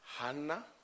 Hannah